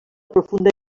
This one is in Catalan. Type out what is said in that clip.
profunda